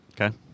okay